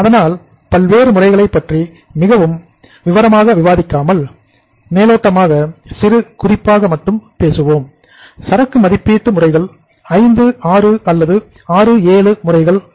அதனால் இந்த வெவ்வேறு முறைகளைப் பற்றி மிகவும் விவரமாக விவாதிக்காமல் மேலோட்டமாக சிறு குறிப்பாக மட்டும் பேசுவோம் சரக்கு மதிப்பீட்டு முறைகள் ஐந்து ஆறு அல்லது ஆறு ஏழு முறைகள் இருக்கின்றன